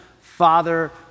father